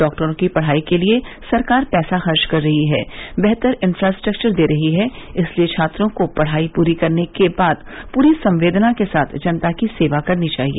डॉक्टरो की पढ़ाई के लिए सरकार पैसा खर्च कर रही है वेहतर इन्फ्रास्ट्रक्वर दे रही है इसलिए छात्रों को पढ़ाई पूरी करने के पूरी संवेदना के साथ जनता की सेवा करनी चाहिए